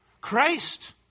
Christ